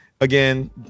again